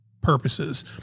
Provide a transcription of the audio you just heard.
purposes